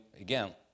again